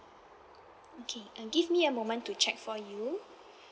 okay uh give me a moment to check for you